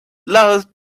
love